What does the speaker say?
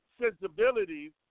sensibilities